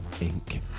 Inc